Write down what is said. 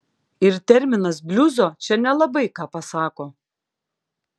ir terminas bliuzo čia nelabai ką pasako